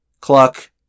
cluck